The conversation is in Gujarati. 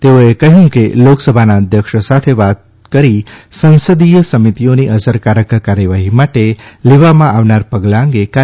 તેઓએ કહ્યું કે લોકસભાના અધ્યક્ષ સાથે વાત કરી સંસદીય સમિતિઓની અસરકારક કાર્યવાહી માટે લેવામાં આવનાર પગલાં અંગે કાર્યયોજના નક્કી કરશે